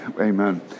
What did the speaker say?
amen